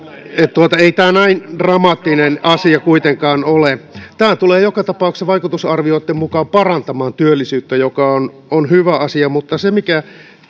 ei tämä näin dramaattinen asia kuitenkaan ole tämä tulee joka tapauksessa vaikutusarvioitten mukaan parantamaan työllisyyttä mikä on hyvä asia mutta se mikä